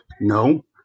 No